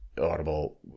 Audible